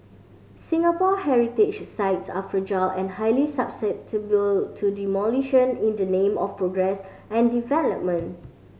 Singapore heritage sites are fragile and highly susceptible to to demolition in the name of progress and development